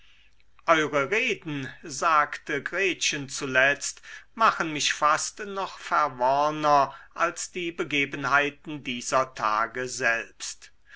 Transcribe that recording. reden sagte gretchen zuletzt machen mich fast noch verworrner als die begebenheiten dieser tage selbst